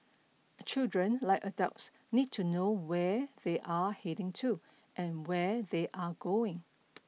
children like adults need to know where they are heading to and where they are going